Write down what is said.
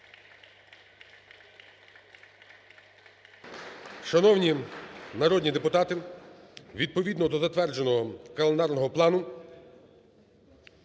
Шановні народні депутати, відповідно до затвердженого календарного плану